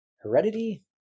Heredity